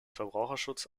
verbraucherschutz